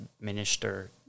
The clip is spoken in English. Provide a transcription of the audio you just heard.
minister